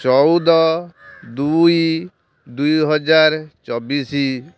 ଚଉଦ ଦୁଇ ଦୁଇହଜାର ଚବିଶ